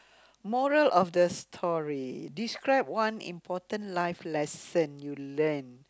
moral of the story describe one important life lesson you learnt